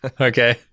Okay